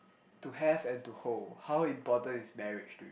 to have and to hold how important is marriage to you